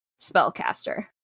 spellcaster